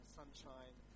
sunshine